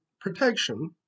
protection